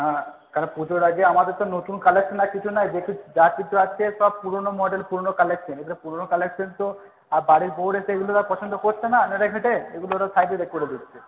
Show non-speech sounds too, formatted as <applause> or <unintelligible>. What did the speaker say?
হ্যাঁ কারণ পুজোর আগে আমাদের তো নতুন কালেকশান আর কিছু নাই <unintelligible> যা কিছু আছে সব পুরনো মডেল পুরনো কালেকশন এবারে পুরনো কালেকশন তো আর বাড়ির বউরা সেগুলো আর পছন্দ করছে না নেড়ে ঘেঁটে এগুলো ওরা সাইডে <unintelligible> করে দিচ্ছে